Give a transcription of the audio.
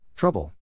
Trouble